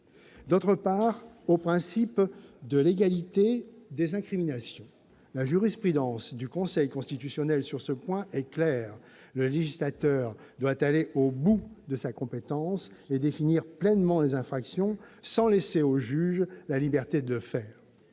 d'autre part, au principe de légalité des incriminations. La jurisprudence du Conseil constitutionnel sur ce point est claire : le législateur doit aller au bout de sa compétence et définir pleinement les infractions, sans laisser au juge la liberté de le faire.